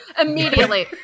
immediately